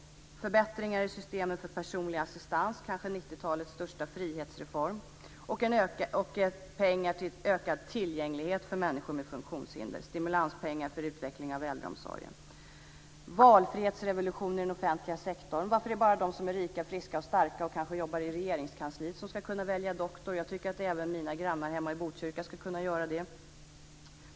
Förbättringar i systemet för personlig assistans är kanske 90-talets största frihetsreform. Det gäller pengar för ökad tillgänglighet för människor med funktionshinder och stimulanspengar för utveckling av äldreomsorgen. Det gäller valfrihetsrevolutionen i den offentliga sektorn. Varför är det bara de som är rika, friska ock starka och kanske jobbar i Regeringskansliet som ska kunna välja doktor? Jag tycker att även mina grannar hemma i Botkyrka ska kunna gör det.